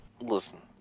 listen